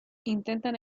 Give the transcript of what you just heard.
intentan